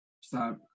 Stop